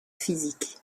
physique